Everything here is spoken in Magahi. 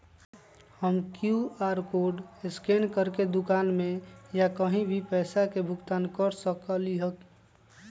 हम कियु.आर कोड स्कैन करके दुकान में या कहीं भी पैसा के भुगतान कर सकली ह?